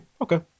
Okay